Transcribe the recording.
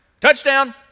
Touchdown